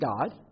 God